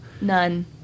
None